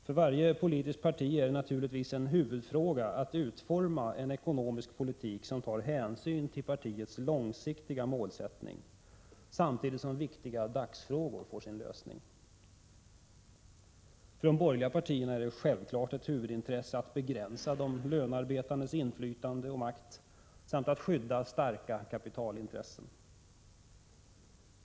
För varje politiskt parti är det naturligtvis en huvudfråga att utforma en ekonomisk politik som tar hänsyn till partiets långsiktiga målsättning samtidigt som viktiga dagsfrågor får sin lösning. För de borgerliga partierna är det ett självklart huvudintresse att begränsa de lönarbetandes inflytande och makt samt att skydda starka kapitalintressen.